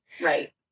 Right